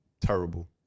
terrible